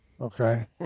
okay